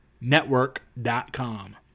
network.com